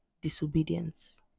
disobedience